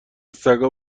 سگا